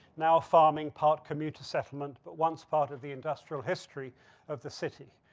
now farming part commuter settlement, but once part of the industrial history of the city.